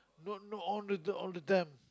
not not all the all the time